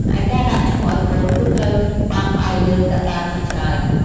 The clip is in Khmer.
ឯការដាក់ឈ្មោះឲ្យកូនគឺត្រូវបានផ្អែកលើកត្តាជាច្រើន។